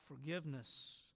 forgiveness